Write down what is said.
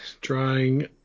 drawing